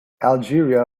algeria